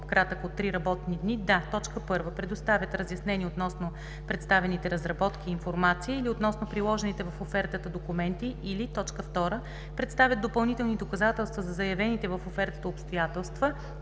по-кратък от три работни дни, да: 1. предоставят разяснения относно представените разработки и информация или относно приложените в офертата документи, или 2. представят допълнителни доказателства за заявените в офертата обстоятелства,